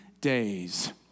days